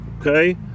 Okay